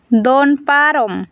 ᱫᱚᱱ ᱯᱟᱨᱚᱢ